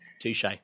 Touche